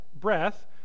breath